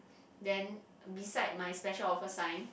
then beside my special offer sign